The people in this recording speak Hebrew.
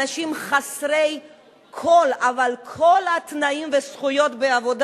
אנשים חסרי כל, אבל כל, תנאים וזכויות בעבודה.